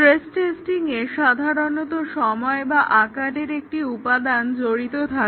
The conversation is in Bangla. স্ট্রেস টেস্টিংয়ে সাধারণত সময় বা আকারের একটি উপাদান জড়িত থাকে